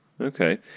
Okay